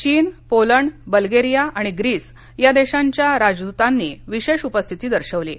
चीनपोलंड Bulgaria आणि Greece या देशांच्या राजदूतांनी विशेष उपस्थिती दर्शविली होती